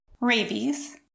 rabies